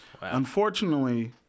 Unfortunately